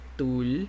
tool